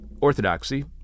Orthodoxy